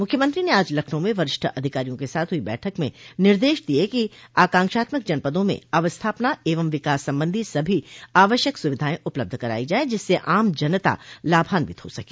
मुख्यमंत्री ने आज लखनऊ में वरिष्ठ अधिकारियों के साथ हुई बैठक में निर्देश दिये कि आकांक्षात्मक जनपदों में अवस्थापना एवं विकास संबंधी सभी आवश्यक सुविधाएं उपलब्ध करायी जाये जिससे आम जनता लाभान्वित हो सके